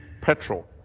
petrol